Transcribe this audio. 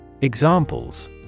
Examples